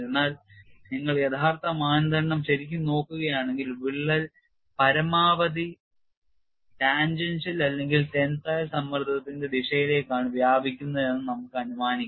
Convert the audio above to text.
എന്നാൽ നിങ്ങൾ യഥാർത്ഥ മാനദണ്ഡം ശരിക്കും നോക്കുകയാണെങ്കിൽ വിള്ളൽ പരമാവധി ടാൻജൻഷ്യൽ അല്ലെങ്കിൽ ടെൻസൈൽ സമ്മർദ്ദത്തിന്റെ ദിശയിലേക്കാണ് വ്യാപിക്കുന്നതെന്ന് അനുമാനിക്കാം